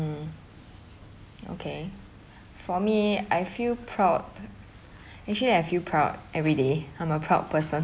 okay for me I feel proud actually I feel proud every day I'm a proud person